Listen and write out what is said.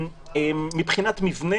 מבחינת מבנה,